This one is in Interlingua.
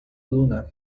luna